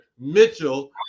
Mitchell